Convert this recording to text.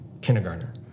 kindergartner